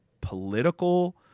political